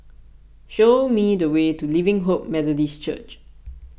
show me the way to Living Hope Methodist Church